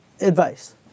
advice